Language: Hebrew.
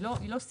היא לא שגרתית.